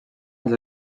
els